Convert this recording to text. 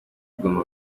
igomba